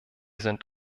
sind